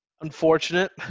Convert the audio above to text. unfortunate